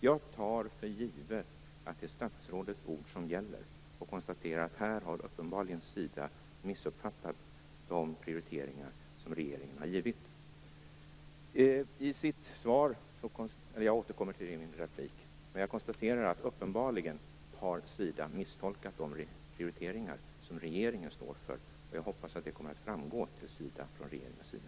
Jag tar för givet att det är statsrådets ord som gäller och konstaterar att Sida i detta sammanhang uppenbarligen har missuppfattat de prioriteringar som regeringen har givit. Jag hoppas att regeringen kommer att framföra detta till Sida.